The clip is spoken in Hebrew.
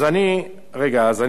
אני מסיים כמעט.